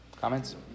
comments